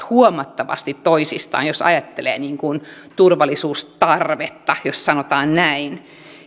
huomattavasti toisistaan jos ajattelee turvallisuustarvetta jos sanotaan näin